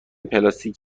پلاستیک